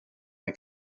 men